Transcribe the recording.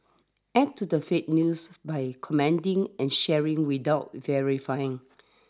add to the fake news by commenting and sharing without verifying